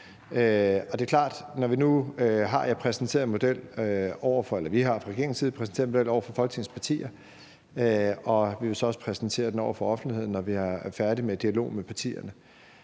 Vi har nu fra regeringens side præsenteret en model over for Folketingets partier, og vi vil så også præsentere den over for offentligheden, når vi er færdige med dialogen med partierne,